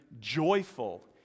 joyful